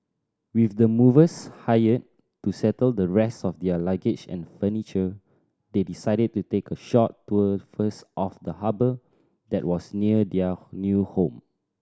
with the movers hired to settle the rest of their luggage and furniture they decided to take a short tour first of the harbour that was near their new home